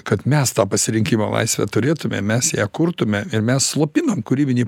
kad mes tą pasirinkimo laisvę turėtume mes ją kurtume ir mes slopinam kūrybinį